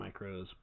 Micros